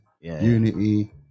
Unity